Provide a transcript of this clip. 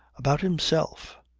about himself.